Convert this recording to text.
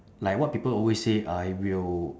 like what people always say I will